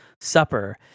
Supper